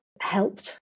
helped